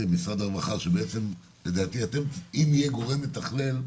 משרד הרווחה שבעצם אם יהיה גורם מתכלל,